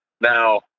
now